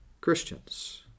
Christians